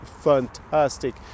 fantastic